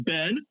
Ben